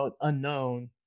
unknown